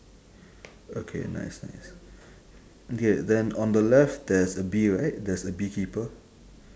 okay nice nice okay then on the left there's a bee right there's a bee keeper